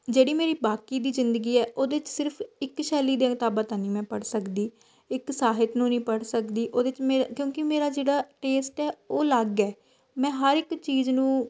ਜਿਹੜੀ ਮੇਰੀ ਬਾਕੀ ਦੀ ਜ਼ਿੰਦਗੀ ਹੈ ਉਹਦੇ 'ਚ ਸਿਰਫ ਇੱਕ ਸ਼ੈਲੀ ਦੀਆਂ ਕਿਤਾਬਾਂ ਤਾਂ ਨਹੀਂ ਮੈਂ ਪੜ੍ਹ ਸਕਦੀ ਇੱਕ ਸਾਹਿਤ ਨੂੰ ਨਹੀਂ ਪੜ੍ਹ ਸਕਦੀ ਉਹਦੇ 'ਚ ਮੇ ਕਿਉਂਕਿ ਮੇਰਾ ਜਿਹੜਾ ਟੇਸਟ ਹੈ ਉਹ ਅਲੱਗ ਹੈ ਮੈਂ ਹਰ ਇੱਕ ਚੀਜ਼ ਨੂੰ